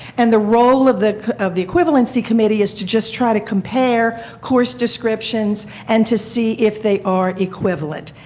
and the role of the of the equivalency committee is to just try to compare course descriptions and to see if they are equivalent.